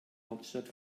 hauptstadt